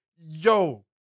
Yo